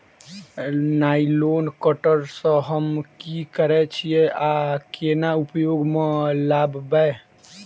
Nylon cutter सँ हम की करै छीयै आ केना उपयोग म लाबबै?